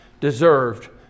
deserved